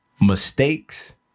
mistakes